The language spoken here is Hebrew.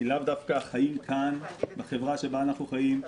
היא לאו דווקא החיים כאן בחברה שבה אנחנו חיים.